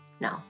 No